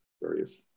various